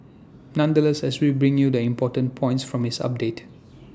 nonetheless as we bring you the important points from his updates